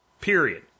Period